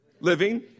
Living